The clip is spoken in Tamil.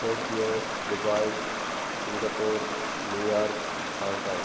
Tokyo Dubai Singapore New York Hong Kong